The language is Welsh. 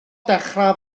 dechra